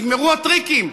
נגמרו הטריקים.